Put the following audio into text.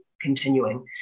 continuing